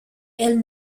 elle